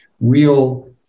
real